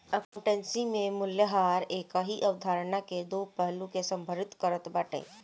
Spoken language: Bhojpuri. अकाउंटेंसी में मूल्यह्रास एकही अवधारणा के दो पहलू के संदर्भित करत बाटे